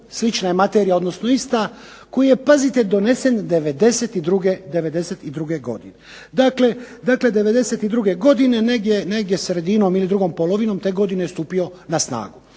slična je materija, odnosno ista koju je pazite donesen '92. godine. Dakle, '92. godine negdje sredinom ili drugom polovinom te godine je stupio na snagu.